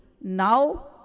now